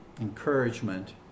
encouragement